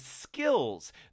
skills